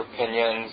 opinions